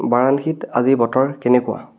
বাৰাণসীত আজি বতৰ কেনেকুৱা